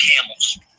Camels